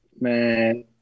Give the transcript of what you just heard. Man